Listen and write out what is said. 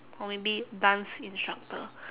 or maybe dance instructor